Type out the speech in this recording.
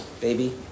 baby